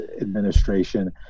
administration